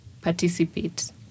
participate